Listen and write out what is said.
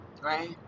Right